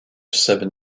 seven